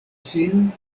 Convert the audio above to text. sin